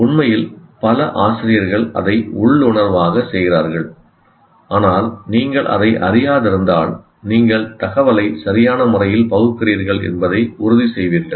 உண்மையில் பல ஆசிரியர்கள் அதை உள்ளுணர்வாக செய்கிறார்கள் ஆனால் நீங்கள் அதை அறிந்திருந்தால் நீங்கள் தகவலை சரியான முறையில் பகுக்கிறீர்கள் என்பதை உறுதி செய்வீர்கள்